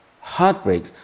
Heartbreak